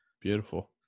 Beautiful